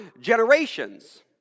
generations